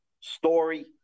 story